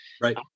Right